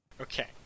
Okay